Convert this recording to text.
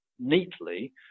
neatly